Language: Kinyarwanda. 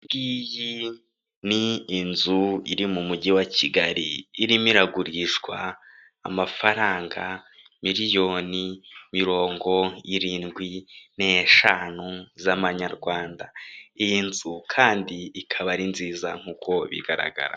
Iyi ngiyi ni inzu iri mu mujyi wa Kigali irimo iragurishwa amafaranga miliyoni mirongo irindwi n'eshanu z'Amanyarwanda. Iyi nzu kandi ikaba ari nziza nk'uko bigaragara.